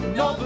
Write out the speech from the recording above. no